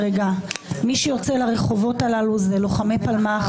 מי שיוצא לרחובות הללו זה לוחמי פלמ"ח,